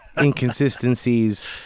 inconsistencies